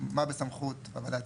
מה בסמכות הוועדה,